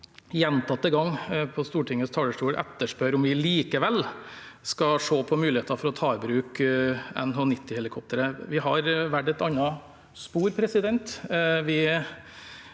gjentatte ganger på Stortingets talerstol etterspør om vi likevel skal se på muligheter for å ta i bruk NH90helikoptre. Vi har valgt et annet spor. Vi mener